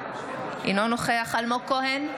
אינו נוכח אלמוג כהן,